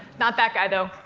not that guy, though.